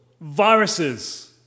viruses